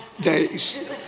days